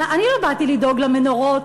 אני לא באתי לדאוג למנורות,